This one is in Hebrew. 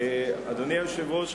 אדוני היושב-ראש,